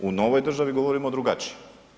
U novoj državi govorimo drugačije.